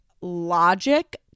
logic